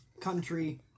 country